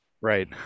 right